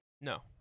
No